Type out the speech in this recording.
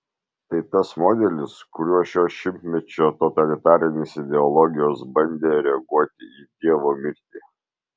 tai tas modelis kuriuo šio šimtmečio totalitarinės ideologijos bandė reaguoti į dievo mirtį